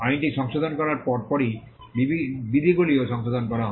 আইনটি সংশোধন করার পরপরই বিধিগুলিও সংশোধন করা হয়